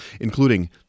including